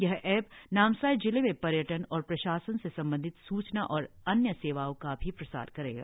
यह एप नामसाई जिले में पर्यटन और प्रशासन से संबंधित सूचना और अन्य सेवाओं का भी प्रसार करेगा